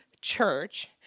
church